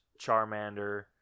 Charmander